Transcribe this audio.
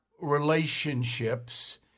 relationships